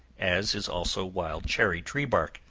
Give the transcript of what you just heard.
as is also wild cherry tree bark,